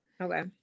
Okay